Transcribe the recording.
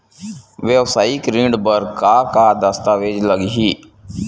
वेवसायिक ऋण बर का का दस्तावेज लगही?